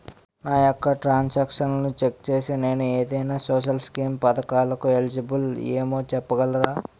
నా యెక్క ట్రాన్స్ ఆక్షన్లను చెక్ చేసి నేను ఏదైనా సోషల్ స్కీం పథకాలు కు ఎలిజిబుల్ ఏమో చెప్పగలరా?